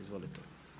Izvolite.